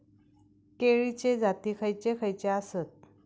केळीचे जाती खयचे खयचे आसत?